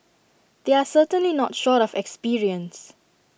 they are certainly not short of experience